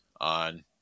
on